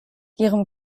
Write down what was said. ihrem